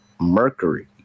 Mercury